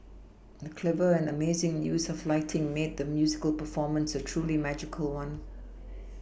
the clever and amazing use of lighting made the musical performance a truly magical one